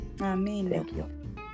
Amen